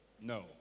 No